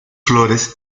flores